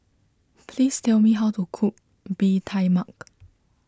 please tell me how to cook Bee Tai Mak